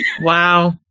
Wow